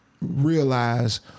realize